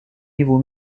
niveau